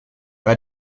bei